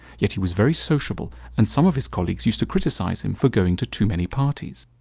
yet he was very sociable and some of his colleagues used to criticize him for going to too many parties.